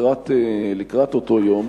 לקראת אותו יום,